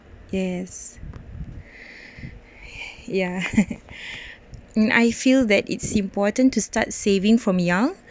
yes ya mm I feel that it's important to start saving from young